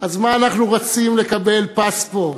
אז מה אנחנו רצים לקבל פספורט?